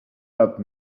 that